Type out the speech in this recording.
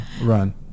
run